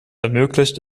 ermöglicht